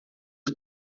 que